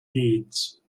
deeds